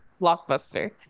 Blockbuster